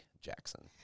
Jackson